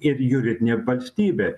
ir juridinė valstybė